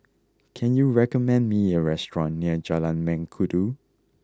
can you recommend me a restaurant near Jalan Mengkudu